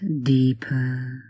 deeper